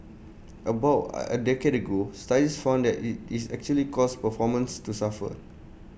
about at A decade ago studies found that IT it actually caused performances to suffer